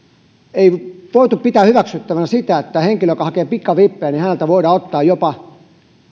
ei voitu pitää hyväksyttävänä sitä että henkilöltä joka hakee pikavippejä voidaan ottaa jopa